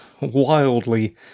wildly